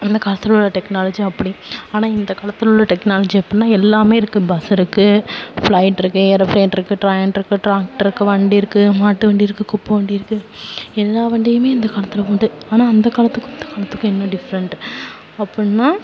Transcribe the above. அந்த காலத்தில் உள்ள டெக்னாலஜி அப்படி ஆனால் இந்த காலத்தில் உள்ள டெக்னாலஜி எப்புடினா எல்லாமே இருக்குது பஸ் இருக்குது ஃப்ளைட் இருக்குது ஏரோப்ளேன் இருக்குது ட்ரெயின் இருக்குது ட்ராக்ட்ரு இருக்குது வண்டி இருக்குது மாட்டு வண்டி இருக்குது குப்பைவண்டி இருக்குது எல்லா வண்டியுமே இந்த காலத்தில் உண்டு ஆனால் அந்த காலத்துக்கும் இந்த காலத்துக்கும் என்ன டிஃப்ரெண்ட் அப்பட்னா